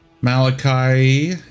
Malachi